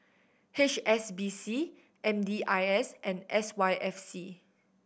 H S B C M D I S and S Y F C